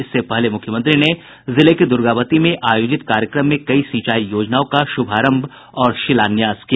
इससे पहले मुख्यमंत्री ने जिले के दुर्गावती में आयोजित कार्यक्रम में कई सिंचाई योजनाओं का शुभारंभ और शिलान्यास किया